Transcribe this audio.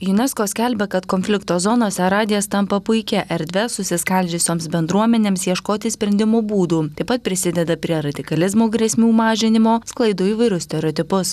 junesko skelbia kad konflikto zonose radijas tampa puikia erdve susiskaldžiusioms bendruomenėms ieškoti sprendimų būdų taip pat prisideda prie radikalizmo grėsmių mažinimo sklaido įvairius stereotipus